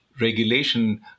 regulation